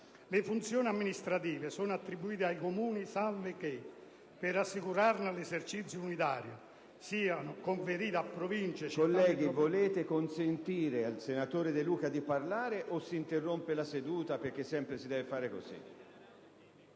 «Le funzioni amministrative sono attribuite ai Comuni salvo che, per assicurarne l'esercizio unitario, siano conferite a Province, Città metropolitane,